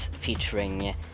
Featuring